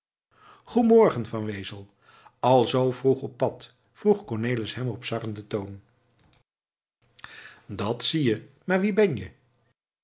goe morgen van wezel al zoo vroeg op pad vroeg cornelis hem op sarrenden toon dat zie je maar wie ben je